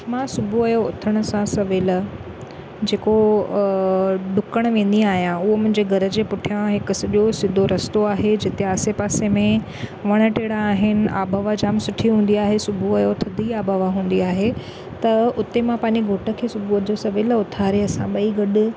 मां सुबुह जो उथण सां सवेल जेको अ ॾुकणु वेंदी आहियां उहो मुंहिंजे घर जे पुठियां हिकु सॼो सिधो रस्तो आहे जिथे आसे पासे में वण टिण आहिनि आब हवा जाम सुठी हूंदी आहे सुबुह जो थदी आब हवा हूंदी आहे त उते मां पांहिंजे घोटु खे सुबुह जो सवेल उथारे असां ॿई गॾु